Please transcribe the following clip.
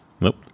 Nope